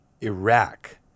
Iraq